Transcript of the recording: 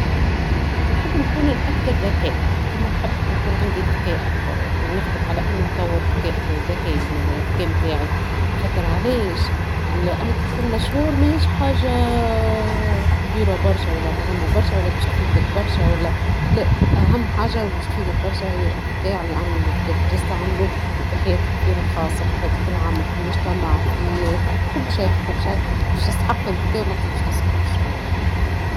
نحب نكون الأكثر ذكاء ، ديما نحب يكون عندي الذكاء أكثر ، ونخدم على أنو نطور الذكاء ، الذكاء نتاعي ، خاطر علاش ، أنك تكون مشهور ماهيش حاجة كبيرة برشا ولا مهمة برشا باش تفيدك برشا لا ، أهم حاجة باش تفيدك برشا هي الذكاء ، لأنو الذكاء باش تسعملوا في في حياتك الخاصة ، حياتك العامة في المجتمع ، في كل شي ، في كل شي ، باش تسحق الذكاء ماكش باش تسحق الشهرة يعني.